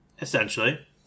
Essentially